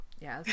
Yes